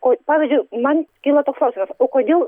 o pavyzdžiui man kyla toks klausimas o kodėl